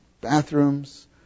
bathrooms